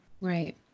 Right